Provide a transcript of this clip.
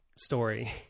story